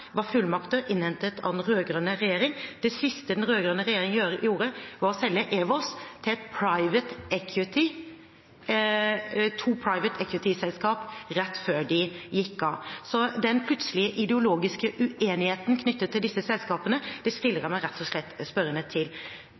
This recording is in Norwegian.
var fullmakter innhentet av den rød-grønne regjeringen. Det siste den rød-grønne regjeringen gjorde, var å selge EWOS til to «private equity»-selskaper rett før den gikk av. Så den plutselige ideologiske uenigheten knyttet til disse selskapene stiller jeg meg rett og slett spørrende til.